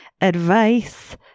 Advice